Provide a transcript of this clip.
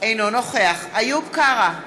אינו נוכח איוב קרא,